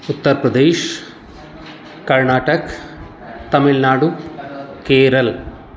Uttar Pradesh Karnataka Tamil Nadu Kerala